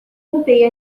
contei